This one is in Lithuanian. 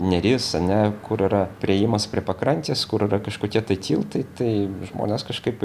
neris ane kur yra priėjimas prie pakrantės kur yra kažkokie tai tiltai tai žmonės kažkaip